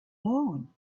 lawn